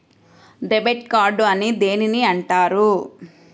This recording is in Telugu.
డెబిట్ కార్డు అని దేనిని అంటారు?